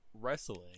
wrestling